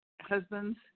husband's